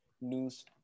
news